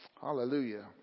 Hallelujah